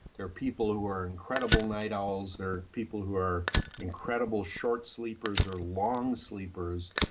there are people who are incredible night owls, there are people who are incredible short sleepers or long sleepers.